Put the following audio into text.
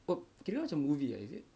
oh kira macam movie is it